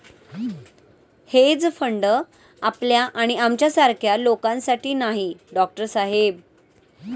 hedge fund आपल्या आणि आमच्यासारख्या लोकांसाठी नाही, डॉक्टर साहेब